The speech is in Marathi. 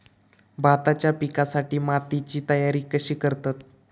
भाताच्या पिकासाठी मातीची तयारी कशी करतत?